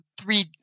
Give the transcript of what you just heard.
three